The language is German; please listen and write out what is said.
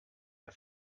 der